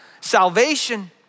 salvation